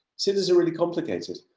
cities are really complicated,